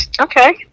Okay